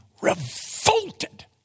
revolted